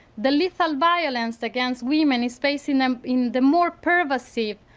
the lethal violence against women is facing them in the more privacy,